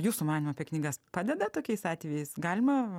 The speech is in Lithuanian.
jūsų manymu apie knygas padeda tokiais atvejais galima